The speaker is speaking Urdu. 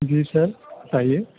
جی سر بتائیے